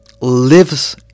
lives